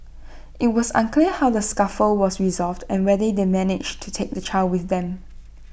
IT was unclear how the scuffle was resolved and whether they managed to take the child with them